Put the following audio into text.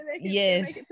Yes